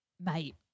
Mate